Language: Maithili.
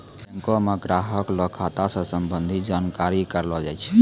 बैंको म ग्राहक ल खाता स संबंधित जानकारी रखलो जाय छै